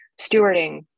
stewarding